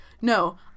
No